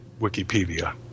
Wikipedia